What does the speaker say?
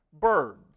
birds